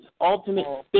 ultimate